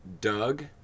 Doug